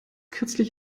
kürzlich